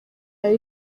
yawe